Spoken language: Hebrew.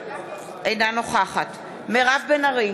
אינה נוכחת מירב בן ארי,